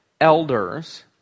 elders